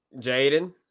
Jaden